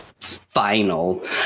final